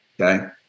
Okay